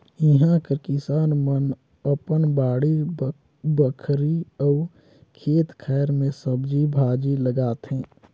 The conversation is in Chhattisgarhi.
इहां कर किसान मन अपन बाड़ी बखरी अउ खेत खाएर में सब्जी भाजी लगाथें